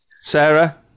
Sarah